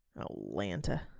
Atlanta